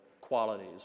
qualities